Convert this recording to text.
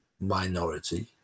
minority